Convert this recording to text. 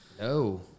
no